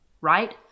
right